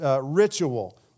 ritual